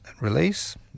release